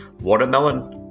Watermelon